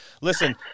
listen